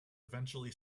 eventually